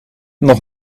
nog